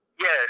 Yes